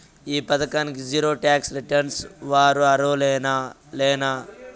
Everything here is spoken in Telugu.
ఈ పథకానికి జీరో టాక్స్ రిటర్న్స్ వారు అర్హులేనా లేనా?